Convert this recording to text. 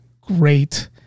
great